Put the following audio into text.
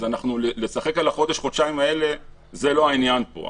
אז לשחק על החודש-חודשיים האלה זה לא העניין פה.